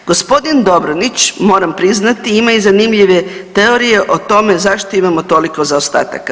Gospodin Dobronić, moram priznati, ima i zanimljive teorije o tome zašto imamo toliko zaostataka.